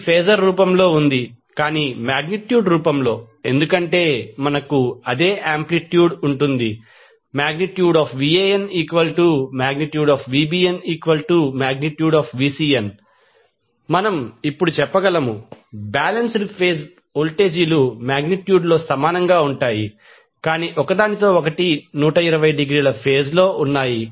ఇది ఫేజర్ రూపంలో ఉంది కానీ మాగ్నిట్యూడ్ రూపంలో ఎందుకంటే మనకు అదే ఆంప్లిట్యూడ్ ఉంటుంది VanVbnVcn మనం ఇప్పుడు చెప్పగలము బాలెన్స్డ్ ఫేజ్ వోల్టేజీలు మాగ్నిట్యూడ్లో సమానంగా ఉంటాయి కానీ ఒకదానితో ఒకటి 120 డిగ్రీల ఫేజ్ లో ఉన్నాయి